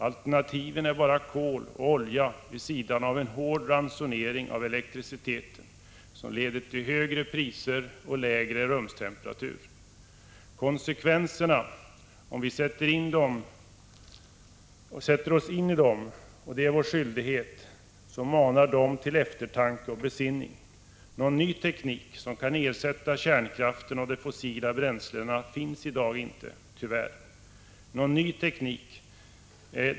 Alternativen är bara kol och olja vid sidan av en hård ransonering av elektriciteten, som leder till högre priser och lägre rumstemperaturer. Konsekvenserna — om vi sätter oss in i dem, och det är vår skyldighet — manar till eftertanke och besinning. Någon ny teknik som kan ersätta kärnkraften och de fossila bränslena finns inte i dag — tyvärr.